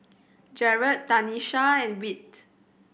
Jaret Tanisha and Whit